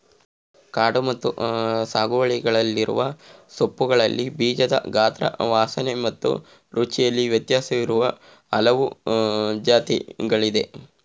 ಕಾಡು ಮತ್ತು ಸಾಗುವಳಿಯಲ್ಲಿರುವ ಸೋಂಪುಗಳಲ್ಲಿ ಬೀಜದ ಗಾತ್ರ ವಾಸನೆ ಮತ್ತು ರುಚಿಯಲ್ಲಿ ವ್ಯತ್ಯಾಸವಿರುವ ಹಲವು ಜಾತಿಗಳಿದೆ